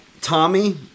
Tommy